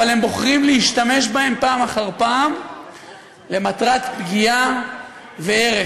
אבל הם בוחרים להשתמש בהם פעם אחר פעם למטרות פגיעה והרס.